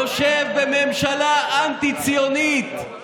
יושב בממשלה אנטי-ציונית,